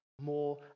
more